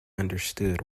understood